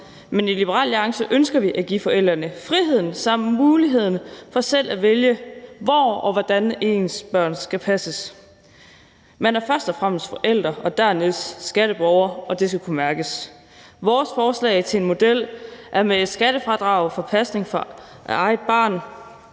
men i Liberal Alliance ønsker vi at give forældrene friheden til samt mulighederne for selv at vælge, hvor og hvordan ens børn skal passes. Man er først og fremmest forældre og dernæst skatteborgere, og det skal kunne mærkes. Vores forslag til en model er med et skattefradrag for pasning af eget barn,